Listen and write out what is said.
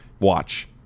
Watch